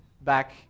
back